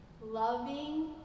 loving